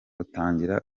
utangira